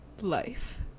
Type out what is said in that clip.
life